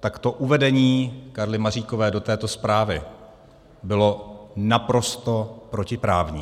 tak uvedení Karly Maříkové do této zprávy bylo naprosto protiprávní.